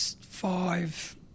five